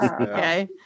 Okay